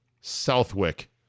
Southwick